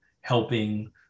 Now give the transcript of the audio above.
helping